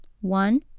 one